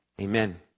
Amen